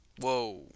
Whoa